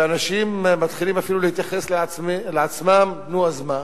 ואנשים מתחילים אפילו להתייחס לעצמם: נו, אז מה?